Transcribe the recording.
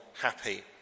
Happy